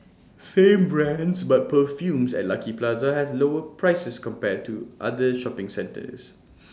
same brands but perfumes at Lucky Plaza has lower prices compared to other shopping centres